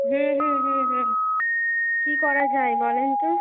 হুম হুম হুম হুম কি করা যায় বলেন তো